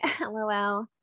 lol